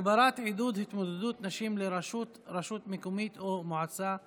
הגברת עידוד התמודדות נשים לראשות רשות מקומית או מועצה אזורית),